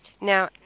Now